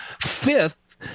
fifth